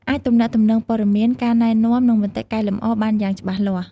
អាចទំនាក់ទំនងព័ត៌មាន ការណែនាំ និងមតិកែលម្អបានយ៉ាងច្បាស់លាស់។